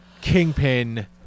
Kingpin